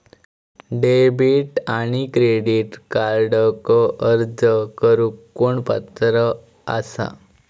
Debit आणि credit कार्डक अर्ज करुक कोण पात्र आसा?